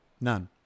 None